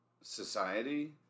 society